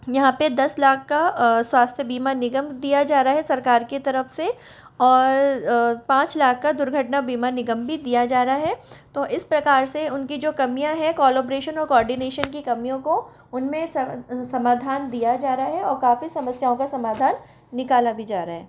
यहाँ पर दस लाख का स्वास्थ्य बीमा निगम दिया जा रहा है सरकार की तरफ़ से और पाँच लाख का दुर्घटना बीमा निगम भी दिया जा रहा है तो इस प्रकार से उनकी जो कमियाँ हैं कोलोब्रेशन और कोर्डिनेशन की कमियों को उन में समाधान दिया जा रहा है और काफ़ी समस्याओं का समाधान निकाला भी जा रहा है